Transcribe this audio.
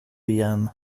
igen